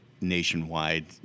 nationwide